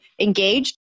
engaged